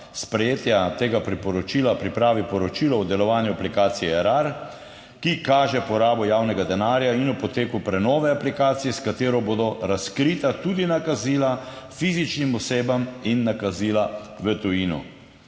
priporočila pripravi poročilo o delovanju aplikacije Erar, ki kaže porabo javnega denarja, in o poteku prenove aplikacij, s katero bodo razkrita tudi nakazila fizičnim osebam in nakazila v tujino.